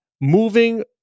moving